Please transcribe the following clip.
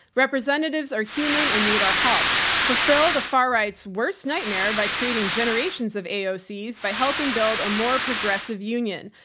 representatives are human and need our help fulfill the far right's worst nightmare by creating generations of aoc by helping build a more progressive union.